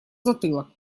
затылок